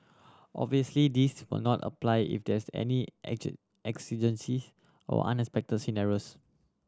obviously this will not apply if there is any action exigencies or unexpected scenarios